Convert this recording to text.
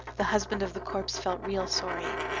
the husband of the corpse felt real sorry.